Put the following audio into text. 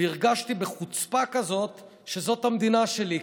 והרגשתי בחוצפה כזאת שזאת המדינה שלי,